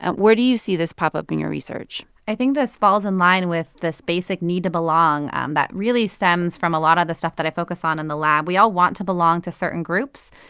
and where do you see this pop up in your research? i think this falls in line with this basic need to belong um that really stems from a lot of the stuff that i focus on in the lab. we all want to belong to certain groups.